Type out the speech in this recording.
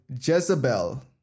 Jezebel